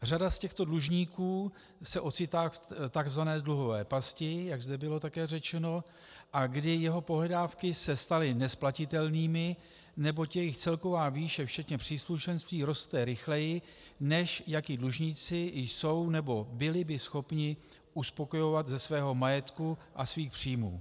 Řada z těchto dlužníků se ocitá v tzv. dluhové pasti, jak zde bylo také řečeno, a kdy jeho pohledávky se staly nesplnitelnými, neboť jejich celková výše včetně příslušenství roste rychleji, než jaké dlužníci jsou nebo byli schopni uspokojovat ze svého majetku a svých příjmů.